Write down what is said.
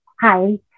Hi